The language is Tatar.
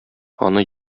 аны